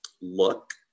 look